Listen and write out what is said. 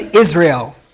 Israel